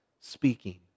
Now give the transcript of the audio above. speaking